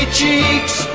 cheeks